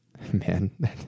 Man